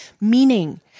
meaning